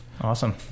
awesome